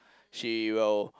she will